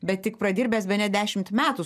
bet tik pradirbęs bene dešimt metų